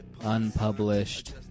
unpublished